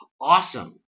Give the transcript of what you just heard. Awesome